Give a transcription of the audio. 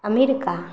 America